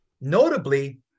Notably